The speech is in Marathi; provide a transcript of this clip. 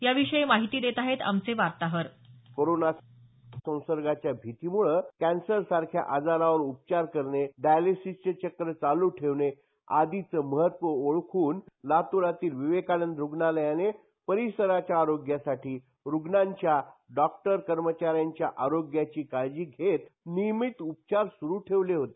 याविषयी माहिती देत आहेत आमचे वार्ताहर कोरोना संसर्गाच्या भीतीनं कॅन्सरसारख्या आजारावर उपचार करणे डायलेसिसचे चक्र चालू ठेवणे आदीचं महत्व ओळखून लातुरातील विवेकानंद रुग्णालयाने परिसराच्या आरोग्यासाठी रुग्णांच्या डॉक्टर कर्मचाऱ्यांच्या आरोग्याची काळजी घेत नियमित उपचार सूरू ठेवले होते